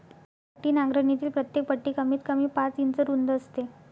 पट्टी नांगरणीतील प्रत्येक पट्टी कमीतकमी पाच इंच रुंद असते